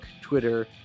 Twitter